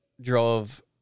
drove